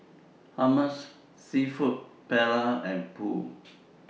Hummus Seafood Paella and Pho